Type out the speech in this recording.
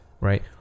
right